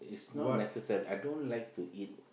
it's not necessary I don't like to eat